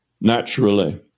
naturally